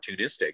opportunistic